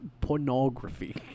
Pornography